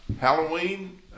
Halloween